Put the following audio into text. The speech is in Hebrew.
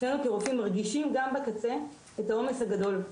שנינו כרופאים מרגישים גם בקצה את העומס הגדול,